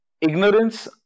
Ignorance